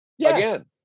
again